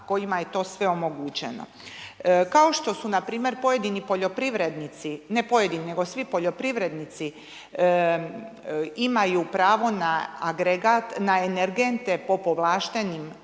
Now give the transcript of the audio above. kojima je to sve omogućeno. Kao što su npr. pojedini poljoprivrednici, ne pojedini nego svi poljoprivrednici, imaju pravo na agregat, na energente po povlaštenim